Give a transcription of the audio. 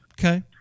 Okay